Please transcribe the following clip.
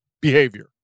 behavior